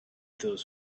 those